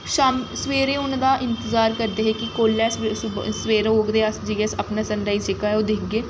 शाम सवेरै होने दा इंतजार करदे हे कि कोल्लै सुबह् सवेर होग ते अस जाइयै अपना सन राइज जेह्का ऐ ओह् दिखगे